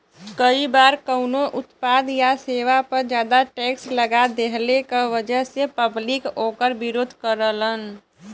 कई बार कउनो उत्पाद या सेवा पर जादा टैक्स लगा देहले क वजह से पब्लिक वोकर विरोध करलन